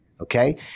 Okay